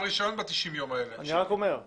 ב-90 הימים האלה יראו אותו כבעל רישיון.